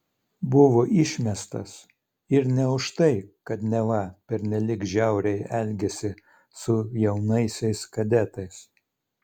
buvo išmestas ir ne už tai kad neva pernelyg žiauriai elgėsi su jaunaisiais kadetais